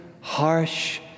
harsh